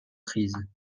prises